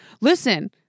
Listen